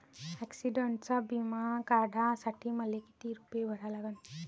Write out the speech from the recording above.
ॲक्सिडंटचा बिमा काढा साठी मले किती रूपे भरा लागन?